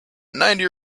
ninety